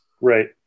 Right